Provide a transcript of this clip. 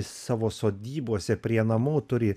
savo sodybose prie namo turi